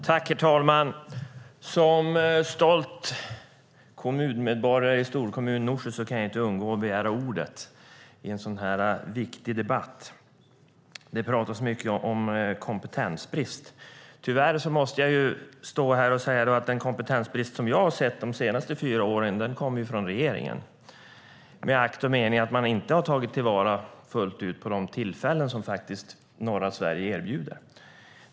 Herr talman! Som stolt kommunmedborgare i storkommunen Norsjö kunde jag inte låta bli att begära ordet i en så viktig debatt. Det talas mycket om kompetensbrist. Tyvärr måste jag säga att den kompetensbrist som jag sett de senaste fyra åren funnits hos regeringen i akt och mening att man inte fullt ut tagit till vara de tillfällen som norra Sverige erbjuder.